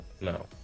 no